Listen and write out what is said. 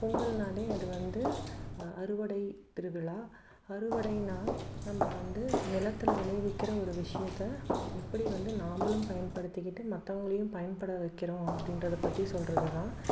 பொங்கல்னாலே அது வந்து அறுவடை திருவிழா அறுவடைன்னா நம்ம வந்து நிலத்தில் விளைவிக்கிற ஒரு விஷயத்த எப்படி வந்து நாம்மளும் பயன்படுத்திக்கிட்டு மற்றவங்களையும் பயன்பட வைக்கிறோம் அப்படின்றத பற்றி சொல்கிறதுதான்